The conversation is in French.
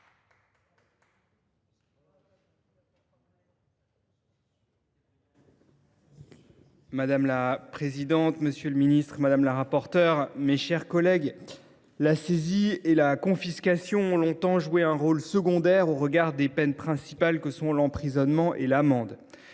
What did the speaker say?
Madame la présidente, monsieur le ministre, madame la rapporteure, mes chers collègues, la saisie et la confiscation ont longtemps joué un rôle secondaire au regard des peines principales que sont l’emprisonnement et l’amende.